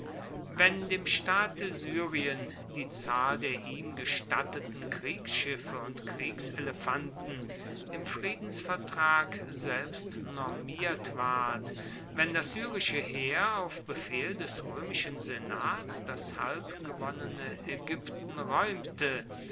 wenn dem staate syrien die zahl der ihm gestatteten kriegsschiffe und kriegselefanten im friedensvertrag selbst normiert ward wenn das syrische heer auf befehl des römischen senats das halb gewonnene ägypten räumte